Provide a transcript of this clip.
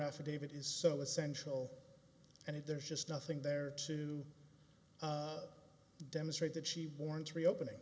affidavit is so essential and if there's just nothing there to demonstrate that she warrants reopening